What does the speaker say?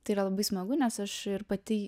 tai yra labai smagu nes aš ir pati